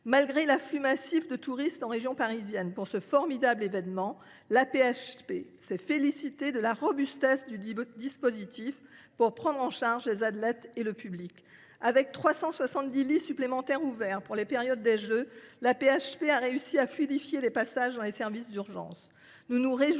Malgré l’afflux massif de touristes en région parisienne pour ce formidable événement, l’Assistance publique Hôpitaux de Paris (AP HP) s’est félicitée de la robustesse du dispositif de prise en charge des athlètes et du public. Avec 370 lits supplémentaires ouverts pour la période des Jeux, elle a réussi à fluidifier les passages dans les services d’urgence.